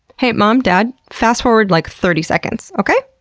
hey, mom, dad? fast forward like thirty seconds, okay?